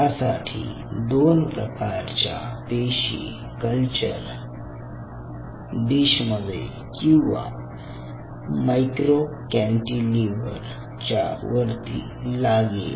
त्यासाठी दोन प्रकारच्या पेशी कल्चर डिशमध्ये किंवा मायक्रो कॅन्टीलिव्हर च्या वरती लागेल